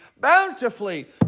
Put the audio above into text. Bountifully